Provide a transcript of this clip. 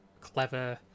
clever